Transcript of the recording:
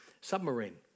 submarine